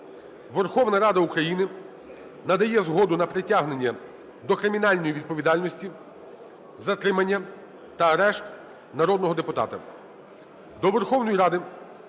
Верховна Рада України надає згоду на притягнення до кримінальної відповідальності, затримання та арешт народного депутата.